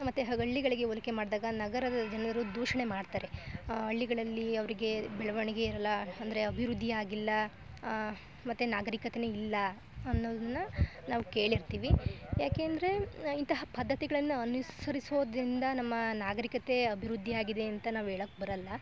ಮತ್ತು ಹಳ್ಳಿಗಳಿಗೆ ಹೋಲಿಕೆ ಮಾಡಿದಾಗ ನಗರದ ಜನರು ದೂಷಣೆ ಮಾಡ್ತಾರೆ ಹಳ್ಳಿಗಳಲ್ಲಿ ಅವರಿಗೆ ಬೆಳವಣಿಗೆಯಿರಲ್ಲ ಅಂದರೆ ಅಭಿವೃದ್ದಿಯಾಗಿಲ್ಲ ಮತ್ತು ನಾಗರಿಕತೆನೇ ಇಲ್ಲ ಅನ್ನೊದನ್ನ ನಾವು ಕೇಳಿರ್ತೀವಿ ಯಾಕೆಂದರೆ ಇಂತಹ ಪದ್ದತಿಗಳನ್ನು ಅನುಸರಿಸೋದ್ರಿಂದ ನಮ್ಮ ನಾಗರಿಕತೆ ಅಭಿವೃದ್ದಿಯಾಗಿದೆ ಅಂತ ನಾವು ಹೇಳಕ್ ಬರೋಲ್ಲ